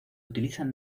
utilizan